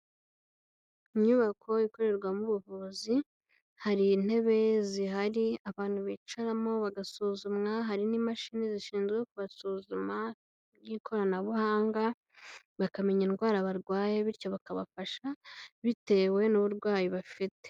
Inyubako ikorerwamo ubuvuzi, hari intebe zihari abantu bicaramo bagasuzumwa, hari n'imashini zishinzwe kubasuzuma y'ikoranabuhanga bakamenya indwara barwaye, bityo bakabafasha bitewe n'uburwayi bafite.